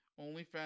OnlyFans